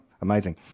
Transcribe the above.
Amazing